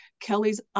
Kelly's